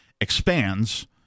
expands